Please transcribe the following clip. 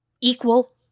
equal